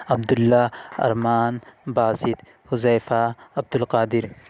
Abdul Allah Arman Basit Huzaifa Abdul Qadir